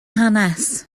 hanes